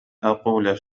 أقول